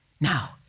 Now